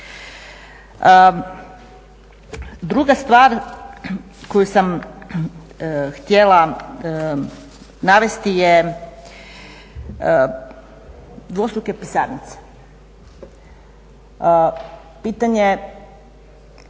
Druga stvar koju sam htjela navesti je dvostruke pisarnice. Pitanje